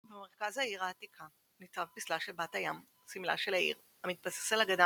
במרכז העיר העתיקה ניצב פסלה של בת הים – סמלה של העיר המתבסס על אגדה